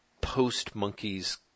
post-Monkey's